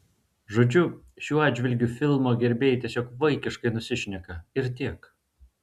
žodžiu šiuo atžvilgiu filmo gerbėjai tiesiog vaikiškai nusišneka ir tiek